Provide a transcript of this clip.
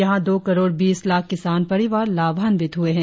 यहां दो करोड़ बीस लाख किसान परिवार लाभान्वित हुए हैं